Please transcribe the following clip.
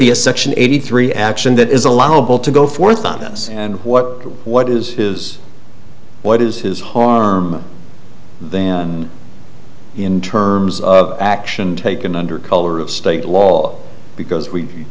be a section eighty three action that is allowable to go forth on this and what what is his what is his harm in terms of action taken under color of state law because we